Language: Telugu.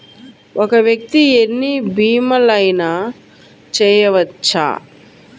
ఒక్క వ్యక్తి ఎన్ని భీమలయినా చేయవచ్చా?